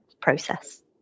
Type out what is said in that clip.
process